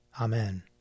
Amen